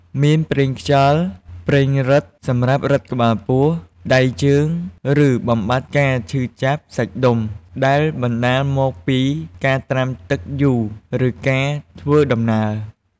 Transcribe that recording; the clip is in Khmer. មានប្រេងខ្យល់ ប្រេងរឹត សម្រាប់រឹតក្បាលពោះ ដៃជើង ឬបំបាត់ការឈឺចាប់សាច់ដុំ ដែលបណ្តាលមកពីការត្រាំទឹកយូរ ឬការធ្វើដំណើរ។